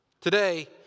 Today